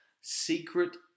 secret